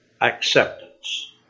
Acceptance